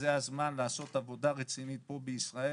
זה הזמן לעשות עבודה רצינית פה בישראל.